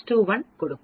00621 கொடுக்கும்